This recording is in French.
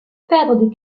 perdre